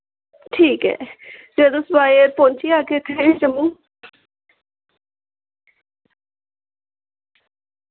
ठीक ऐ जिल्लै तुस बाया एयर पुज्जी जागे इत्थै जम्मू